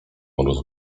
mróz